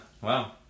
Wow